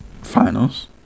finals